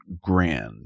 grand